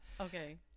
Okay